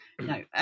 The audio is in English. no